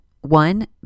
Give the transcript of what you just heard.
one